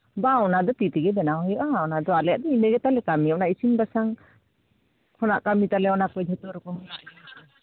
ᱵᱟᱝ ᱚᱱᱟ ᱫᱚ ᱛᱤ ᱛᱮᱜᱮ ᱵᱮᱱᱟᱣ ᱦᱩᱭᱩᱜᱼᱟ ᱚᱱᱟ ᱫᱚ ᱟᱞᱮᱭᱟᱜ ᱫᱚ ᱤᱱᱟᱹ ᱜᱮᱛᱟᱞᱮ ᱠᱟᱹᱢᱤ ᱚᱱᱟ ᱤᱥᱤᱱ ᱵᱟᱥᱟᱝ ᱠᱷᱚᱱᱟᱜ ᱠᱟᱹᱢᱤ ᱛᱟᱞᱮ ᱚᱱᱟ ᱠᱚ ᱡᱷᱚᱛᱚ ᱨᱚᱠᱚᱢ ᱦᱮᱱᱟᱜ ᱜᱮᱭᱟ